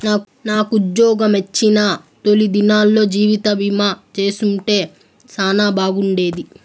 నాకుజ్జోగమొచ్చిన తొలి దినాల్లో జీవితబీమా చేసుంటే సానా బాగుండేది